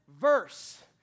verse